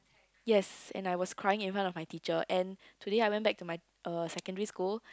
yes and I was crying in front of my teacher and today I went to my uh secondary school